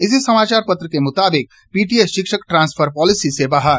इसी समाचार पत्र के मुताबिक पीटीए शिक्षक ट्रांसफर पालिसी से बाहर